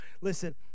Listen